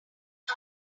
are